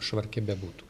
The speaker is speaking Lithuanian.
švarke bebūtų